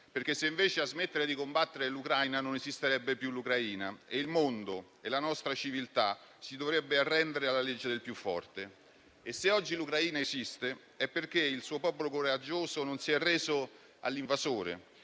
se invece a smettere di combattere fosse l'Ucraina, non esisterebbe più l'Ucraina e il mondo e la nostra civiltà si dovrebbero arrendere alla legge del più forte. Se oggi l'Ucraina esiste è perché il suo popolo coraggioso non si è arreso all'invasore